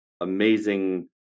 amazing